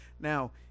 Now